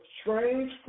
strange